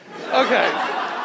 Okay